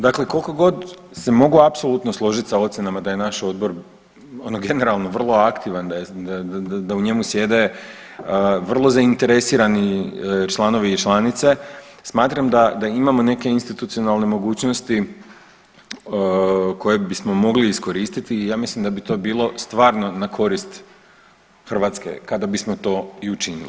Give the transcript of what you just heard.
Dakle, kolikogod se mogu apsolutno složit sa ocjenama da je naš odbor ono generalno vrlo aktivan, da u njemu sjede vrlo zainteresirani članovi i članice smatram da imamo neke institucionalne mogućnosti koje bismo mogli iskoristiti i ja mislim da bi to bilo stvarno na korist Hrvatske kada bismo to i učinili.